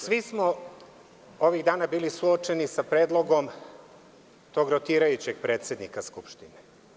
Svi smo ovih dana bili suočeni sa predlogom tog rotirajućeg predsednika Skupštine.